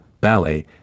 ballet